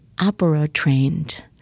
opera-trained